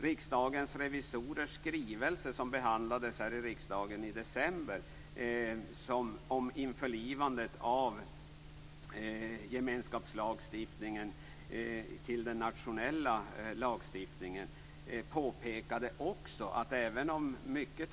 Riksdagens revisorers skrivelse om införlivandet av gemenskapslagstiftningen i den nationella lagstiftningen behandlades här i riksdagen i december.